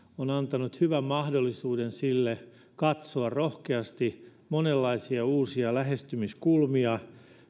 on antanut hyvän mahdollisuuden sille katsoa rohkeasti monenlaisia uusia lähestymiskulmia